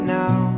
now